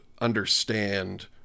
understand